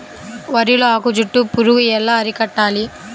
వరిలో ఆకు చుట్టూ పురుగు ఎలా అరికట్టాలి?